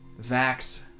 Vax